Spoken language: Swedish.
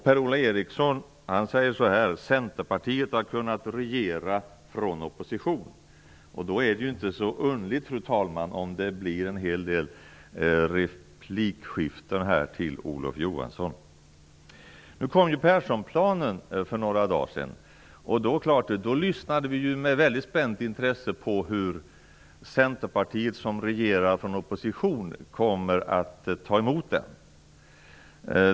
Per-Ola Eriksson sade: Centerpartiet har kunnat regera från opposition. Det är då inte så underligt, fru talman, att det blir en hel del repliker till Olof Johansson. Perssonplanen kom för några dagar sedan, och vi lyssnade självfallet med spänt intresse på hur Centerpartiet, som regerar från opposition, skulle ta emot den.